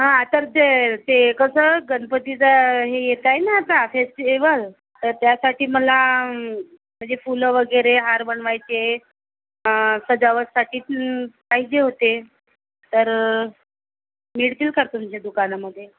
हां तर ते ते कसं गणपतीचा हे येत आहे ना आता फेस्टिवल तर त्यासाठी मला मजे फुलं वगैरे हार बनवायचे सजावटसाठी पाहिजे होते तर मिळतील का तुमच्या दुकानामधे